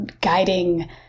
guiding